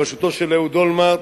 בראשותו של אהוד אולמרט,